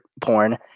porn